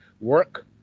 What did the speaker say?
work